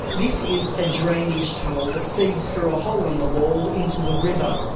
this is a drainage tunnel that feeds through a hole in the wall into the river.